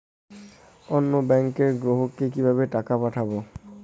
অন্য ব্যাংকের গ্রাহককে কিভাবে টাকা পাঠাবো?